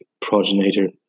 progenitor